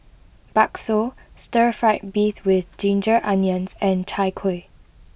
Bakso Stir Fried Beef with Ginger Onions and Chai Kueh